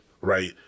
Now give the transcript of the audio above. right